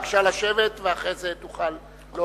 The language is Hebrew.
בבקשה לשבת, ואחרי זה תוכל להוסיף.